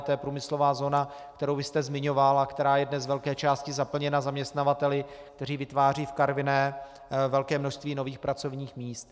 To je průmyslová zóna, kterou vy jste zmiňoval a která je dnes z velké části zaplněna zaměstnavateli, kteří vytvářejí v Karviné velké množství nových pracovních míst.